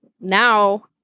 now